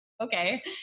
okay